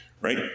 right